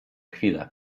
chwilę